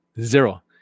zero